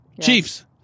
Chiefs